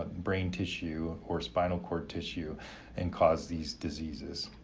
ah brain tissue or spinal cord tissue and cause these diseases